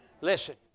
Listen